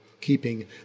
Keeping